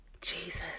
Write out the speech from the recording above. Jesus